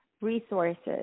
Resources